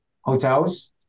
hotels